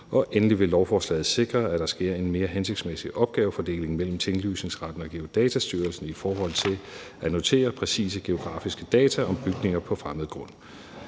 Endelig vil lovforslaget sikre, at der sker en mere hensigtsmæssig opgavefordeling mellem Tinglysningsretten og Geodatastyrelsen i forhold til at notere præcise geografiske data om bygninger på fremmed grund.